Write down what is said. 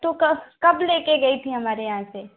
तो कब कब लेके गई थीं हमारे यहाँ से